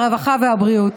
הרווחה והבריאות.